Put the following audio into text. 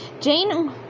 Jane